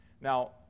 Now